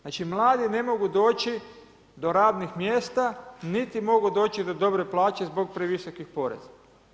Znači, mladi ne mogu doći do radnih mjesta, niti mogu doći do dobre plaće zbog previsokih poreza.